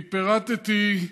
אני פירטתי,